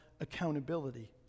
accountability